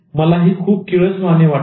मलाही खूप किळसवाणे वाटते